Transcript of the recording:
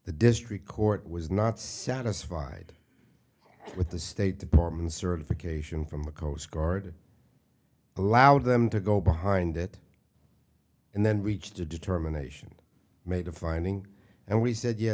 the district court was not satisfied with the state department's certification from the coast guard allowed them to go behind it and then we just a determination made a finding and we said yeah